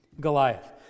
Goliath